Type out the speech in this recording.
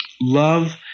love